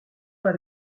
pas